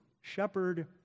Shepherd